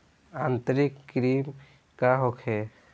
आंतरिक कृमि का होखे?